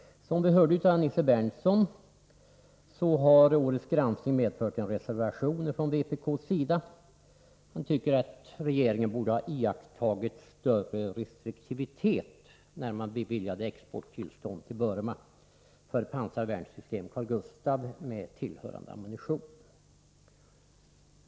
Som vi hörde av Nils Berndtson har årets granskning medfört en reservation från vpk, som tycker att regeringen borde ha iakttagit större restriktivitet när man beviljade tillstånd för export till Burma av pansarvärnsystem Carl Gustaf, med tillhörande ammunition.